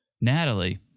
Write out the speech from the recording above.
Natalie